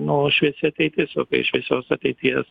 nu šviesi ateitis o kai šviesios ateities